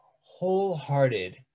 wholehearted